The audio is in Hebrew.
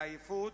מן העייפות,